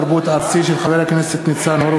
התרבות והספורט בעקבות דיון בהצעה לסדר-היום של